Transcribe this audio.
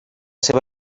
seva